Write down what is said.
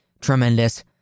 tremendous